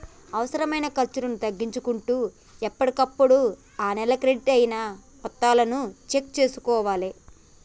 అనవసరమైన ఖర్చులను తగ్గించుకుంటూ ఎప్పటికప్పుడు ఆ నెల క్రెడిట్ అయిన మొత్తాలను చెక్ చేసుకోవాలే